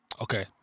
Okay